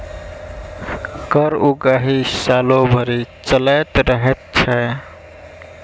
कर उगाही सालो भरि चलैत रहैत छै